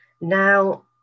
Now